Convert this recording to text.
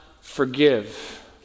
forgive